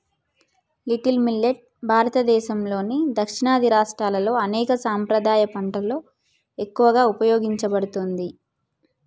little millet భారతదేసంలోని దక్షిణాది రాష్ట్రాల్లో అనేక సాంప్రదాయ పంటలలో ఎక్కువగా ఉపయోగించబడుతుంది